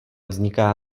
vzniká